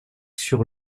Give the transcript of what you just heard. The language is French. sur